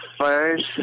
first